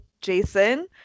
Jason